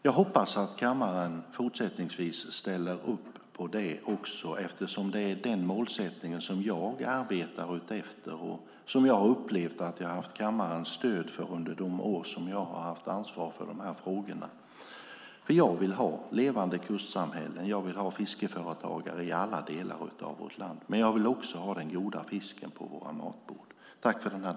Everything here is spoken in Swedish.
Jag hoppas att kammaren också fortsättningsvis ställer upp på det eftersom det är den målsättning jag arbetar efter och som jag har upplevt att jag har haft kammarens stöd för under de år som jag har haft ansvar för frågorna. Jag vill ha levande kustsamhällen och jag vill ha fiskeföretagare i alla delar av vårt land, men jag vill också ha den goda fisken på våra matbord.